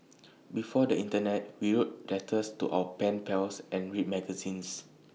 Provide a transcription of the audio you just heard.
before the Internet we wrote letters to our pen pals and read magazines